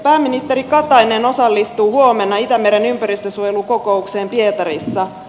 pääministeri katainen osallistuu huomenna itämeren ympäristönsuojelukokoukseen pietarissa